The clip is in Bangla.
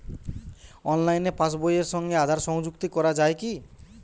অনলাইনে পাশ বইয়ের সঙ্গে আধার সংযুক্তি করা যায় কি?